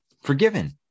Forgiven